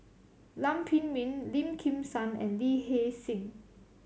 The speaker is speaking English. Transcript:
Lam Pin Min Lim Kim San and Lee Hee Seng